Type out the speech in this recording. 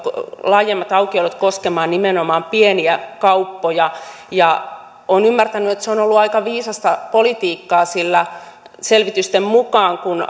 laajemmat aukiolot koskemaan nimenomaan pieniä kauppoja olen ymmärtänyt että se on ollut aika viisasta politiikkaa sillä selvitysten mukaan kun